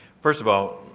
first of all,